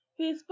Facebook